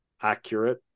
accurate